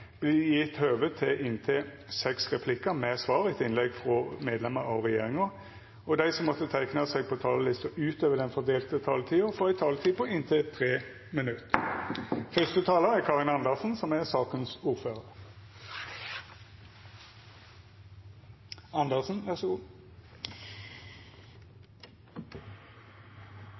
til inntil seks replikkar med svar etter innlegg frå medlemer av regjeringa, og dei som måtte teikna seg på talarlista utover den fordelte taletida, får òg ei taletid på inntil 3 minutt. No har me nettopp diskutert i fleire timar at det er så